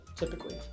Typically